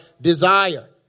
desire